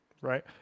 Right